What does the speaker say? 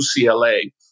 UCLA